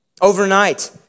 overnight